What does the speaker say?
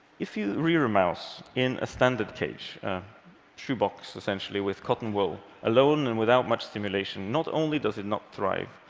if you rear a mouse in a standard cage, a shoebox, essentially, with cotton wool, alone and without much stimulation, not only does it not thrive,